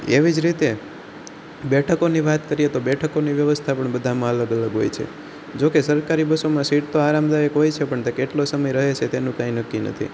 એવી જ રીતે બેઠકોની વાત કરીએ તો બેઠકોની વ્યવસ્થા પણ બધામાં અલગ અલગ હોય છે જો કે સરકારી બસોમાં સીટ તો આરામદાયક હોય છે પણ તે કેટલો સમય રહે છે તેનું કાંઈ નક્કી નથી